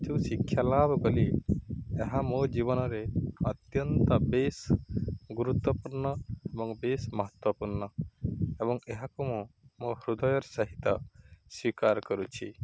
ଯେଉଁ ଶିକ୍ଷା ଲାଭ କରି ଏହା ମୋ ଜୀବନରେ ଅତ୍ୟନ୍ତ ବେଶ ଗୁରୁତ୍ୱପୂର୍ଣ୍ଣ ଏବଂ ବେଶ ମହତ୍ଵପୂର୍ଣ୍ଣ ଏବଂ ଏହାକୁ ମୁଁ ମୋ ହୃଦୟର ସହିତ ସ୍ୱୀକାର କରୁଛି